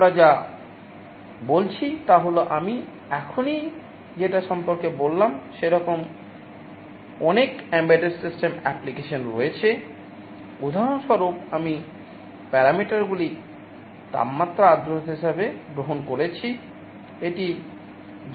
আমরা যা বলছি তা হল আমি এখনই যেটা সম্পর্কে বললাম সেরকম অনেক এমবেডেড সিস্টেম অ্যাপ্লিকেশন গুলি তাপমাত্রা আর্দ্রতা হিসাবে গ্রহণ করেছি এটি যে কোনও কিছু হতে পারে